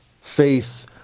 faith